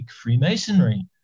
Freemasonry